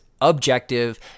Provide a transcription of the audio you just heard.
objective